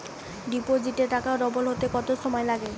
ডিপোজিটে টাকা ডবল হতে কত সময় লাগে?